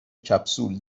کپسول